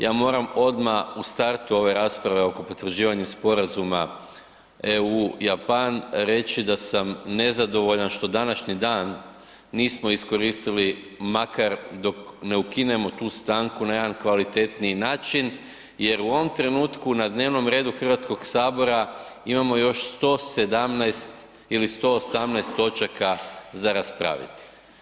Ja moram odmah u startu ove rasprave oko potvrđivanja Sporazuma EU-Japan reći da sam nezadovoljan što današnji dan nismo iskoristili makar dok ne u ukinemo tu stanku na jedan kvalitetniji način jer u ovom trenutku na dnevnom redu Hrvatskog sabora imamo još 117 ili 118 točaka za raspraviti.